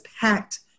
packed